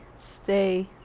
stay